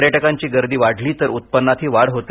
पर्यटकांची गर्दी वाढली तर उत्पन्नातही वाढ होते